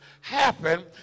happen